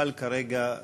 יוכל כרגע להירשם.